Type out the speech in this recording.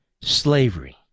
Slavery